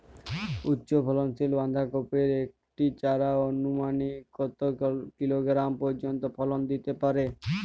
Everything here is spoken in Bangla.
উচ্চ ফলনশীল বাঁধাকপির একটি চারা আনুমানিক কত কিলোগ্রাম পর্যন্ত ফলন দিতে পারে?